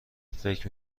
فکر